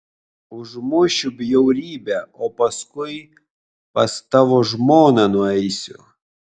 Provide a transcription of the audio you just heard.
užmušiu bjaurybę o paskui pas tavo žmoną nueisiu